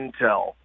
intel